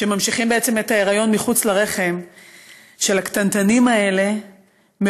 שממשיכים בעצם את ההיריון של הקטנטנים האלה מחוץ לרחם,